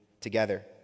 together